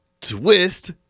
Twist